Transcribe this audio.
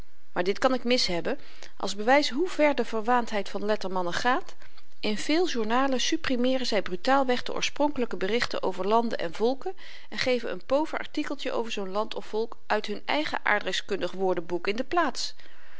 maar dit kan ik mis hebben als bewys hoe ver de verwaandheid van lettermannen gaat in veel journalen supprimeeren zy brutaal weg de oorspronkelyke berichten over landen en volken en geven n pover artikeltjen over zoo'n land of volk uit hun eigen aardrykskundig woordenboek in de plaats